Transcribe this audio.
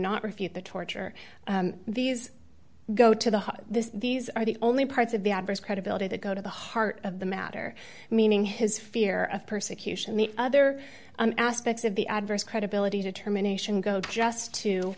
not refute the torture these go to the heart of this these are the only parts of the adverse credibility that go to the heart of the matter meaning his fear of persecution the other aspects of the adverse credibility determination go just to